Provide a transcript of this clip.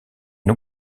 une